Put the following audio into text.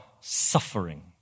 suffering